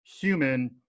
human